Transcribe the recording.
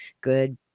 Good